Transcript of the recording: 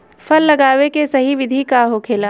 फल लगावे के सही विधि का होखेला?